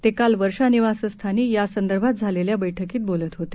ते काल वर्षा निवासस्थानी यासंदर्भात झालेल्या बैठकीत बोलत होते